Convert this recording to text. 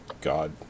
God